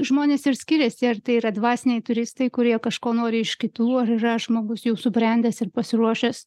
žmonės ir skiriasi ar tai yra dvasiniai turistai kurie kažko nori iš kitų ar yra žmogus jau subrendęs ir pasiruošęs